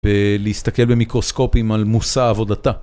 ולהסתכל במיקרוסקופים על מוסע עבודתה.